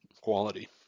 quality